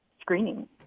screening